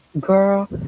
Girl